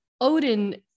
Odin